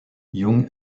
young